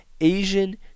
Asian